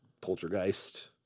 poltergeist